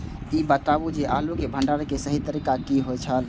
ई बताऊ जे आलू के भंडारण के सही तरीका की होय छल?